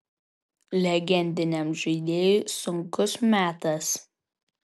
legendiniam žaidėjui sunkus metas